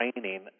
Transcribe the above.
training